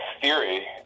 theory